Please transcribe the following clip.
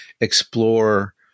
explore